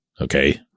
okay